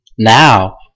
Now